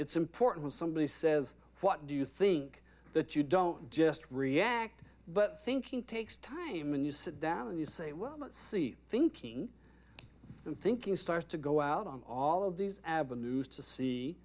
it's important somebody says what do you think that you don't just react but thinking takes time and you sit down and you say well see thinking and thinking starts to go out on all of these avenues to see